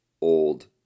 old